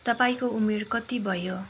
तपाईँको उमेर कति भयो